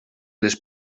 les